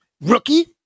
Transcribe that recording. rookie